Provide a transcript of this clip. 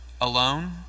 Alone